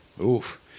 Oof